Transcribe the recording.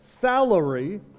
salary